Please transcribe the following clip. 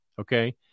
okay